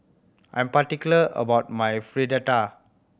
I'm particular about my Fritada